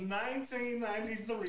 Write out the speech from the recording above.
1993